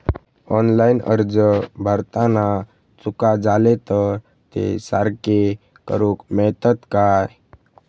Online अर्ज भरताना चुका जाले तर ते सारके करुक मेळतत काय?